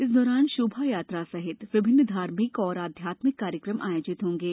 इस दौरान शोभा यात्रा सहित विभिन्न धार्मिक और आध्यात्मिक कार्यक्रम आयोजित होंगे